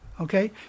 okay